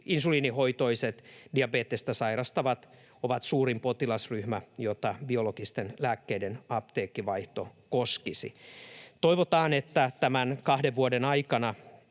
insuliinihoitoiset diabetesta sairastavat ovat suurin potilasryhmä, jota biologisten lääkkeiden apteekkivaihto koskisi. Toivotaan, että tämän kahden vuoden aikana